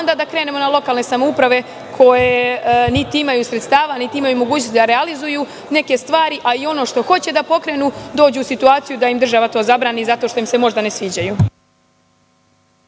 onda da krenemo na lokalne samouprave koje niti imaju sredstava, niti imaju mogućnosti da realizuju neke stvari, a i ono što hoće da pokrenu, dođu u situaciju da im država to zabrani zato što im se možda ne sviđaju.